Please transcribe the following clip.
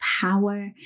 power